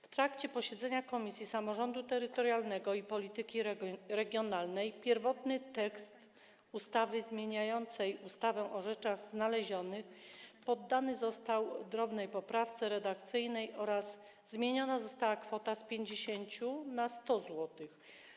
W trakcie posiedzenia Komisji Samorządu Terytorialnego i Polityki Regionalnej pierwotny tekst ustawy zmieniającej ustawę o rzeczach znalezionych poddany został drobnej poprawce redakcyjnej oraz zmieniona została kwota - z 50 zł na 100 zł.